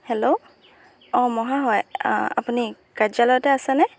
hello অঁ মহাশয় আপুনি কাৰ্যালয়তে আছেনে